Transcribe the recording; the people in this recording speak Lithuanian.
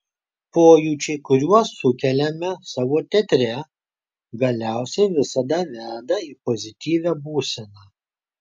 pojūčiai kuriuos sukeliame savo teatre galiausiai visada veda į pozityvią būseną